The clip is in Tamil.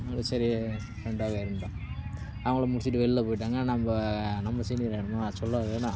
நம்மளும் சரி ரெண்டாவதாக இருக்கட்டும் அவங்களும் முடிச்சுட்டு வெளில போயிட்டாங்கன்னால் நம்ம நம்ம சைட் என்னவோ அது சொல்லவா வேணும்